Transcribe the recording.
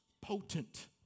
potent